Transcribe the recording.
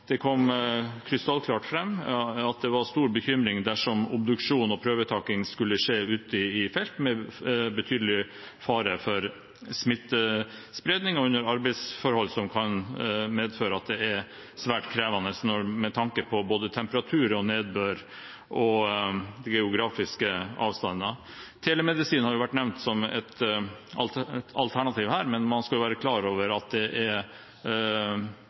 det kom krystallklart fram at det var stor bekymring dersom obduksjon og prøvetaking skulle skje ute i felt med betydelig fare for smittespredning og under arbeidsforhold som er svært krevende både med tanke på temperatur og nedbør og geografiske avstander. Telemedisin har jo vært nevnt som et alternativ her, men man skal være klar over at det er